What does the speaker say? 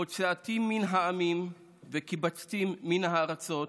"והוצאתים מן העמים וקבצתים מן הארצות